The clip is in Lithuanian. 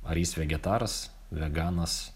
ar jis vegetaras veganas